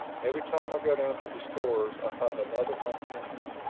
every time i go down to the stores i find another hunk missing.